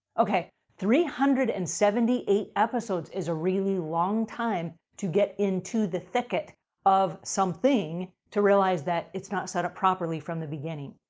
okay, three hundred and seventy eight episodes is a really long time to get into the thicket of something to realize that it's not set up properly from the beginning.